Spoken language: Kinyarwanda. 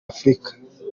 afurika